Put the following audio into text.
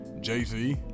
jay-z